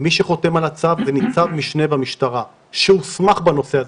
מי שחותם על הצו זה ניצב משנה במשטרה שהוסמך בנושא הזה,